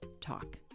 talk